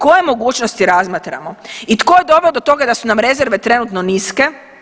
Koje mogućnosti razmatramo i tko je doveo do toga da su nam rezerve trenutno niske?